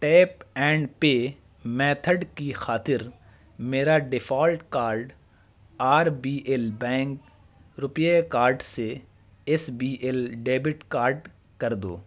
tape and pay method کی خاطر میرا default card R B L bank RuPay card سے S B L debit card کر دو